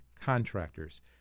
contractors